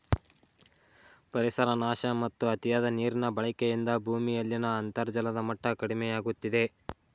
ಪರಿಸರ ನಾಶ ಮತ್ತು ಅತಿಯಾದ ನೀರಿನ ಬಳಕೆಯಿಂದ ಭೂಮಿಯಲ್ಲಿನ ಅಂತರ್ಜಲದ ಮಟ್ಟ ಕಡಿಮೆಯಾಗುತ್ತಿದೆ